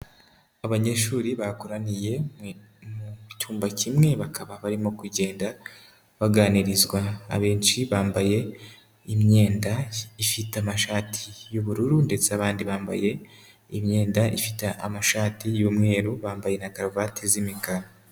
Abanyeshuri bakoraniye mu cyumba kimwe bakaba barimo kugenda baganirizwa, abenshi bambaye imyenda ifite amashati y'ubururu, ndetse abandi bambaye imyenda ifite amashati y'umweru, bambaye na karuvati z'imikara.